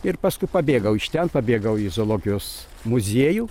ir paskui pabėgau iš ten pabėgau į zoologijos muziejų